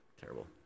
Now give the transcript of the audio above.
Terrible